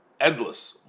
endless